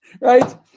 right